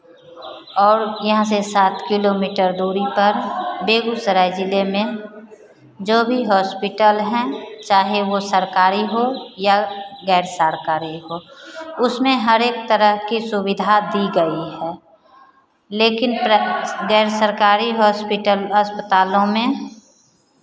और यहाँ से सात किलोमीटर दूरी पर बेगूसराय जिले में जो भी हॉस्पिटल हैं चाहे वो सरकारी हो या गैर सरकारी हो उसमें हर एक तरह की सुविधा दी गई है लेकिन गैर सरकारी हॉस्पिटल अस्पतालों में